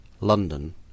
London